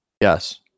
yes